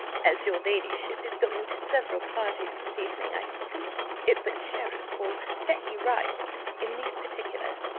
as your ladyship is going to several parties this evening, i think it but charitable to set you right in these particulars,